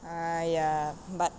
!aiya! but